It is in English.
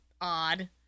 odd